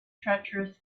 treacherous